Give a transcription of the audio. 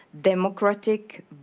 democratic